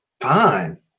Fine